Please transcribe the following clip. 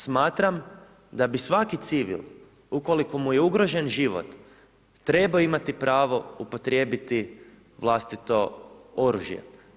Smatram da bi svaki civil ukoliko mu je ugrožen život trebao imati pravo upotrijebiti vlastito oružje.